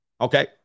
Okay